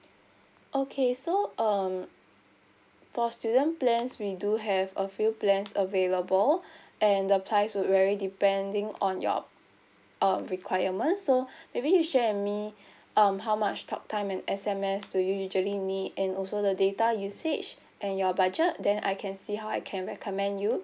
okay so um for student plans we do have a few plans available and the price will vary depending on your um requirement so maybe you share with me um how much talk time and S_M_S do you usually need and also the data usage and your budget that I can see how I can recommend you